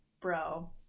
bro